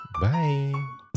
Bye